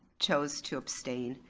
chose to abstain.